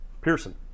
Pearson